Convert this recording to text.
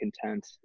content